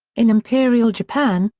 in imperial japan,